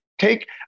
Take